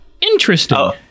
Interesting